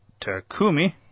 Takumi